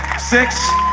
six?